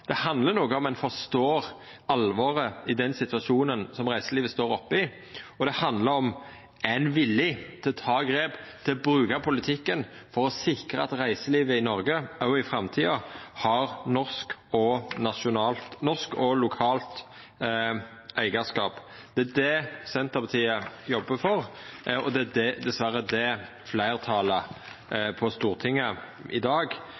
Det handlar om at ein forstår alvoret i den situasjonen reiselivet står oppe i, og det handlar om at ein er villig til å ta grep og til å bruka politikken for å sikra at reiselivet i Noreg òg i framtida har norsk og lokalt eigarskap. Det er det Senterpartiet jobbar for, og det er dessverre det fleirtalet på Stortinget i dag